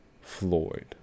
Floyd